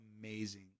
amazing